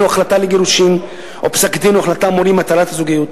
או החלטה לגירושים או פסק-דין או החלטה המורים על התרת הזוגיות.